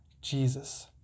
Jesus